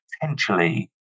potentially